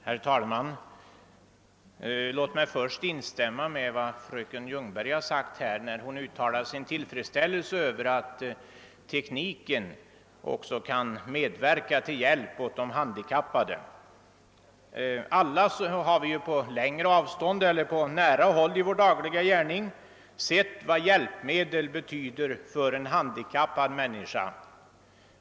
Herr talman! Låt mig först instämma med fröken Ljungberg när hon uttalar sin tillfredsställelse över att tekniken också kan medverka genom att ge hjälpmedel åt de handikappade. Alla känner vi till och har kanske på nära håll i vår dagliga gärning sett vad hjälpmedel betyder för en handikappad.